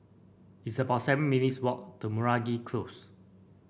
it's about seven minutes walk to Meragi Close